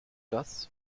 das